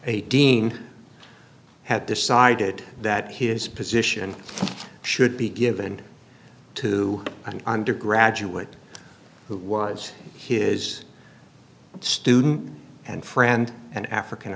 a dean had decided that his position should be given to an undergraduate who was his student and friend and african